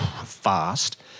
fast